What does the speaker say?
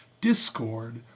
discord